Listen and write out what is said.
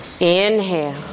Inhale